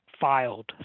filed